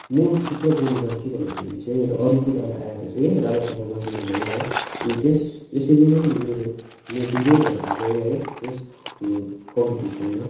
म चित्र कोर्न जान्छु भन्दाखेरि चाहिँ मेरो अर्को दादा आएर चाहिँ दादासँग बसिदिनुभयो है अनि त्यस त्यसरी नै म मेरो म विजयी भएर गए है त्यस कम्पिटिसनमा